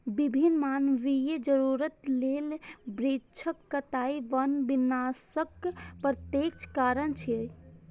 विभिन्न मानवीय जरूरत लेल वृक्षक कटाइ वन विनाशक प्रत्यक्ष कारण छियै